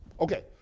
Okay